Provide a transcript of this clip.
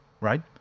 right